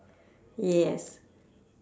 yes